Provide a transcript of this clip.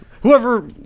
whoever